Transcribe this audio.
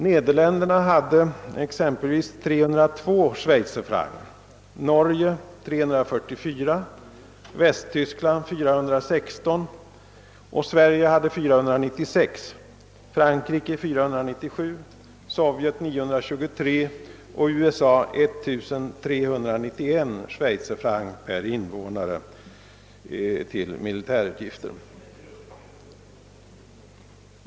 Nederländerna exempelvis hade 302 schweizerfrancs, Norge 344, Västtyskland 416, Sverige 496, Frankrike 497, Sovjet 923 och USA 1391 schweizerfrancs per invånare i militärutgifter.